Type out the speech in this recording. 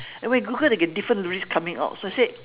and when you google they get different lyrics coming out so I said